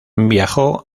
viajó